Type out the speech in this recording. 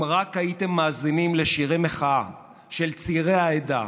אם רק הייתם מאזינים לשירי מחאה של צעירי העדה,